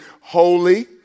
holy